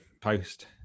post